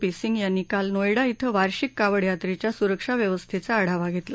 P Singh यांनी काल नौयडा िंग वार्षिक कावड यात्रेच्या सुरक्षा व्यवस्थेचा आढावा घेतला